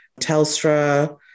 Telstra